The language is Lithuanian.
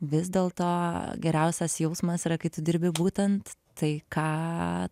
vis dėlto geriausias jausmas yra kai tu dirbi būtent tai ką